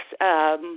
Yes